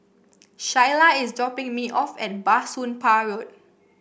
Shyla is dropping me off at Bah Soon Pah Road